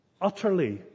utterly